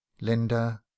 Linda